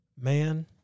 man